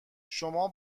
شما